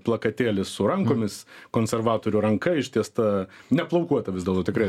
plakatėlis su rankomis konservatorių ranka ištiesta neplaukuota vis dėlto tikrai